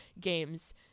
games